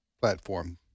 platform